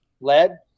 lead